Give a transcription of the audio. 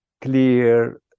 clear